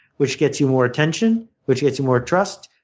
which gets you more attention, which gets you more trust,